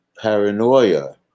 paranoia